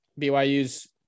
BYU's